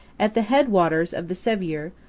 at the headwaters of the sevier,